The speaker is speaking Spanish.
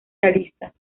realistas